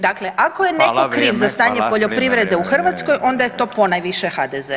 Dakle, ako je netko kriv za stanje poljoprivrede u Hrvatskoj onda je to ponajviše HDZ-e.